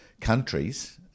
countries